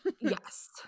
Yes